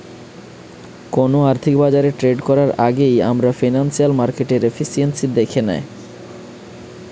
কোনো আর্থিক বাজারে ট্রেড করার আগেই আমরা ফিনান্সিয়াল মার্কেটের এফিসিয়েন্সি দ্যাখে নেয়